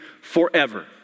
forever